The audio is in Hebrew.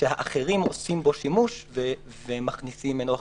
שהאחרים עושים בו שימוש ומכניסים ממנו הכנסות?